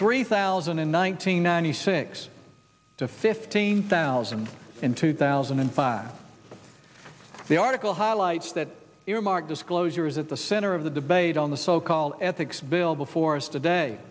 three thousand and nineteen ninety six to fifteen thousand in two thousand five the article highlights that earmark disclosure is at the center of the debate on the so called ethics bill before us today